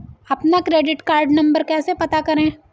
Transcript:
अपना credit card number कैसे पता करें?